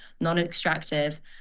non-extractive